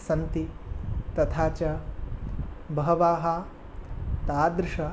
सन्ति तथा च बहवः तादृश